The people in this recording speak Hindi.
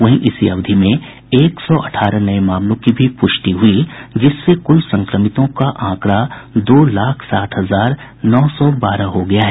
वहीं इसी अवधि में एक सौ अठारह नये मामलों की भी पुष्टि हुई जिससे कुल संक्रमितों का आंकड़ा दो लाख साठ हजार नौ सौ बारह हो गया है